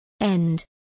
End